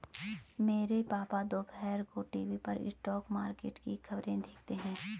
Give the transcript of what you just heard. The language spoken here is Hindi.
मेरे पापा दोपहर को टीवी पर स्टॉक मार्केट की खबरें देखते हैं